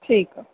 ठीकु आहे